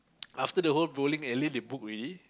after the whole bowling alley they book already